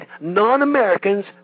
non-Americans